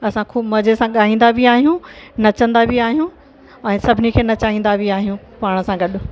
असां ख़ूबु मज़े सां ॻाईंदा बि आहियूं नचंदा बि आहियूं ऐं सभिनी खे नचाईंदा बि आहियूं पाण सां गॾु